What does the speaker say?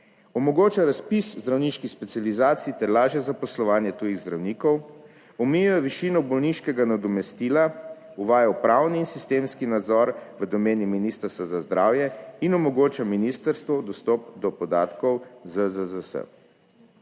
omogoča razpis zdravniških specializacij ter lažje zaposlovanje tujih 3. TRAK: (SB) – 9.10 (Nadaljevanje) zdravnikov, omejuje višino bolniškega nadomestila, uvaja upravni in sistemski nadzor v domeni Ministrstva za zdravje in omogoča ministrstvu dostop do podatkov ZZZS.